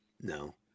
No